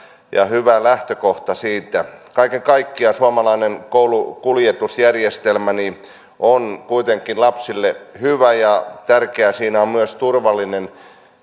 hyvä lähtökohta siinä kaiken kaikkiaan suomalainen koulukuljetusjärjestelmä on kuitenkin lapsille hyvä ja tärkeää siinä on myös turvallinen